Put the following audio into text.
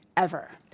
ever.